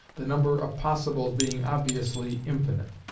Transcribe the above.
the number of possibles being obviously infinite.